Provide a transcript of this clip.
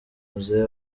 muzehe